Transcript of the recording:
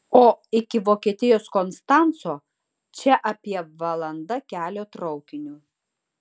o iki vokietijos konstanco čia apie valanda kelio traukiniu